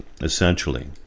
essentially